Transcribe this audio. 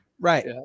Right